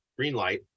Greenlight